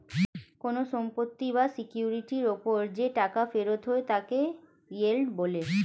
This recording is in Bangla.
কোন সম্পত্তি বা সিকিউরিটির উপর যে টাকা ফেরত হয় তাকে ইয়েল্ড বলে